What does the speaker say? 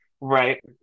Right